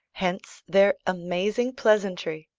hence their amazing pleasantry,